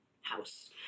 house